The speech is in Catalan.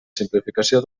simplificació